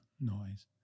noise